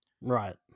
right